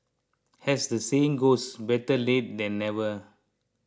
as the saying goes better late than never